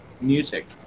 music